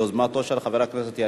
נתקבל.